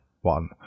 one